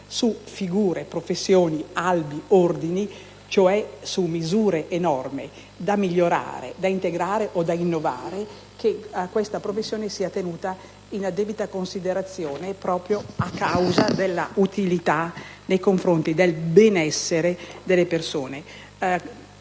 su figure, professioni, albi, ordini, cioè su misure e norme da migliorare, da integrare o da innovare, che questa professione sia tenuta in debita considerazione, proprio per la sua utilità rispetto al benessere delle persone.